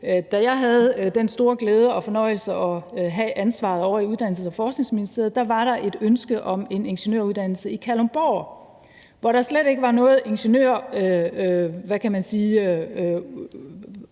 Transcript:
Da jeg havde den store glæde og fornøjelse at have ansvaret ovre i Uddannelses- og Forskningsministeriet, var der et ønske om en ingeniøruddannelse i Kalundborg, hvor der slet ikke var noget ingeniøruddannelsesgrundlag,